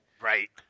Right